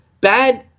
bad